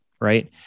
right